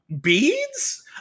beads